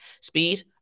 speed